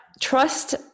trust